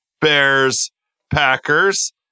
Bears-Packers